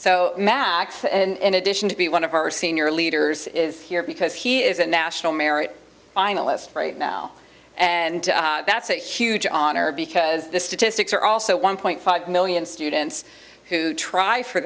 so mad and addition to being one of our senior leaders here because he is a national merit finalist right now and that's a huge honor because the statistics are also one point five million students who try for